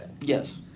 Yes